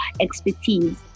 expertise